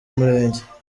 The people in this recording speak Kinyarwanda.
murenge